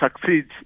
succeeds